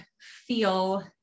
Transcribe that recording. feel